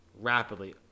rapidly